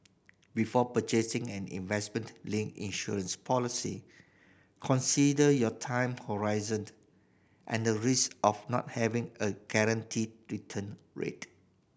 before purchasing and investment linked insurance policy consider your time horizon and the risk of not having a guaranteed return rate